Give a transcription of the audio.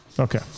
Okay